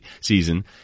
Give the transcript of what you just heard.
season